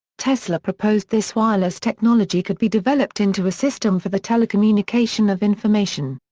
tesla proposed this wireless technology could be developed into a system for the telecommunication of information.